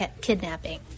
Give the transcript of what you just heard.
kidnapping